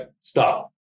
Stop